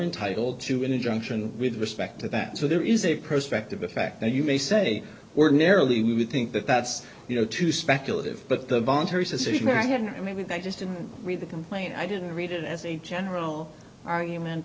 entitled to an injunction with respect to that so there is a prospect of the fact that you may say ordinarily we would think that that's you know too speculative but the voluntary suspicion i have maybe they just didn't read the complaint i didn't read it as a general argument